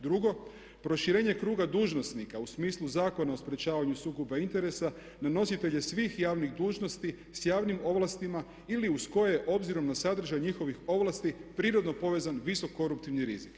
Drugo, proširenje kruga dužnosnika u smislu Zakona o sprječavanju sukoba interesa nositelj je svih javnih dužnosti sa javnim ovlastima ili uz koje obzirom na sadržaj njihovih ovlasti prirodno povezan visoko koruptivni rizik.